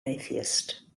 atheist